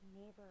neighbor